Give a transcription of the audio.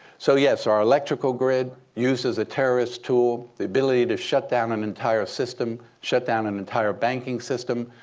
so yeah, so our electrical grid uses as a terrorist tool. the ability to shut down an entire system, shut down an entire banking system.